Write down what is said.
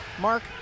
Mark